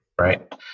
Right